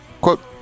Quote